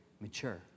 mature